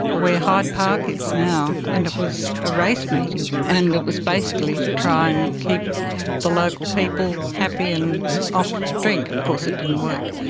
where hyde park is now, and it was a race meeting and it was basically to try and keep the local people happy and off drink. of course it didn't work,